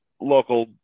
local